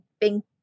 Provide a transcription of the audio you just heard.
pink